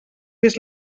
fes